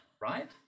right